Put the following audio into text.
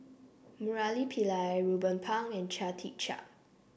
Murali Pillai Ruben Pang and Chia Tee Chiak